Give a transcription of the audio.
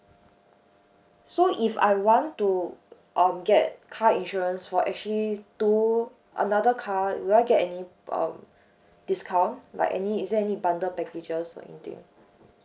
so if I want to um get car insurance for actually two another car will I get uh any discount or is there any bundle packages or anything